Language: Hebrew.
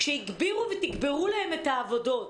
כשהגבירו ותגברו להן את העבודות.